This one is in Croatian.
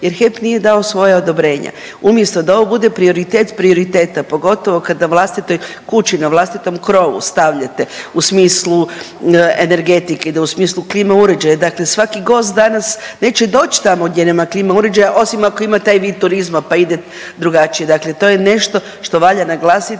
je HEP nije dao svoja odobrenja. Umjesto da ovo bude prioritet prioriteta pogotovo kad na vlastitoj kući, na vlastitom krovu stavljate u smislu energetike i da u smislu klima uređaja, dakle svaki gost danas neće doći tamo gdje nema klima uređaja osim ako ima taj vid turizma pa ide drugačije. Dakle, to je nešto što valja naglasiti